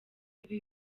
ibi